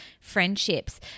friendships